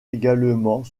également